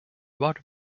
rod